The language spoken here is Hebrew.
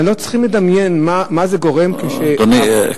לא צריך לדמיין מה זה גורם, אדוני.